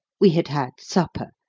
we had had supper,